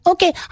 Okay